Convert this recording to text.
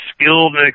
skilled